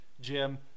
Jim